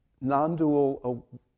non-dual